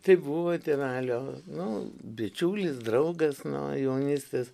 tai buvo tėvelio nu bičiulis draugas nuo jaunystės